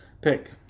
pick